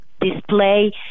display